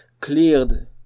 cleared